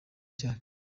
cyacu